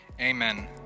Amen